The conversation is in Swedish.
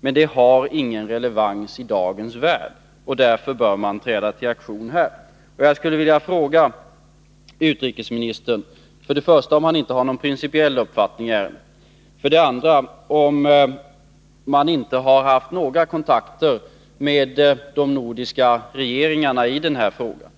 men det har ingen relevans i dagens värld. Därför bör man här träda till aktion. Jag skulle vilja fråga utrikesministern för det första om han inte har någon principiell uppfattning i ärendet och för det andra om man inte haft några kontakter med de nordiska regeringarna i frågan.